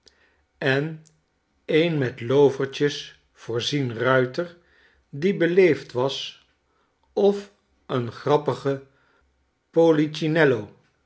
en een met lovertjes voorzien ruiter die beleefd was of een grappige